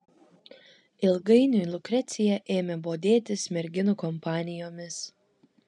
ilgainiui lukrecija ėmė bodėtis merginų kompanijomis